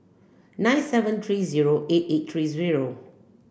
nine seven three zero eight eight three zero